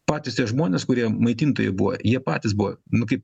patys tie žmonės kurie maitintojai buvo jie patys buvo kaip